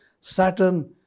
Saturn